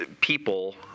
people